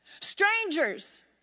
Strangers